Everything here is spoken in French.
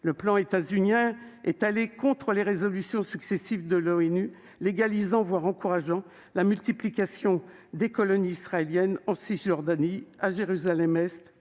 Le plan états-unien est allé contre les résolutions successives de l'ONU, légalisant, voire encourageant la multiplication des colonies israéliennes en Cisjordanie, à Jérusalem-Est,